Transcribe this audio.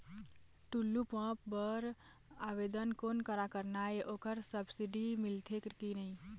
Tullu pump बर आवेदन कोन करा करना ये ओकर सब्सिडी मिलथे की नई?